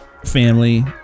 Family